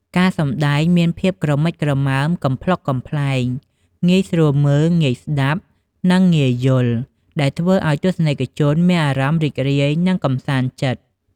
ការសម្តែងមានភាពក្រមិចក្រមើម កំប្លុកកំប្លែង ងាយស្រួលមើល ងាយស្តាប់ និងងាយយល់ ដែលធ្វើឱ្យទស្សនិកជនមានអារម្មណ៍រីករាយ និងកម្សាន្តចិត្ត ។